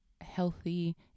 healthy